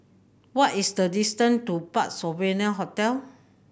what is the distance to Parc Sovereign Hotel